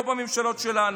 לא בממשלות שלנו.